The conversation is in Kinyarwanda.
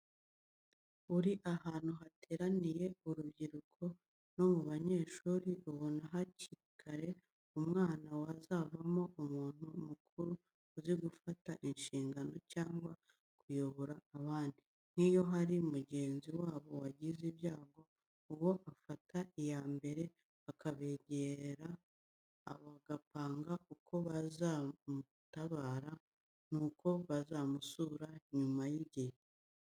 Buri hantu hateraniye urubyiruko no mu banyeshuri, ubona hakiri kare umwana wazavamo umuntu mukuru uzi gufata inshingano cyangwa kuyobora abandi, nk'iyo hari mugenzi wabo wagize ibyago, uwo afata iya mbere akabegeranya bagapanga uko bazamutabara n'uko bazamusura nyuma y'igihe.